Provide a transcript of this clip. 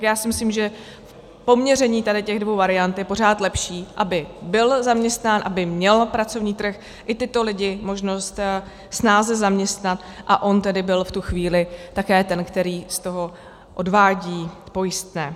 Já si myslím, že po měření těchto dvou variant je pořád lepší, aby byl zaměstnán, aby měl pracovní trh i tyto lidi možnost snáze zaměstnat a on byl v tu chvíli také ten, který z toho odvádí pojistné.